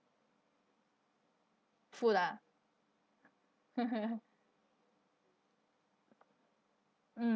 food ah mm